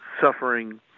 suffering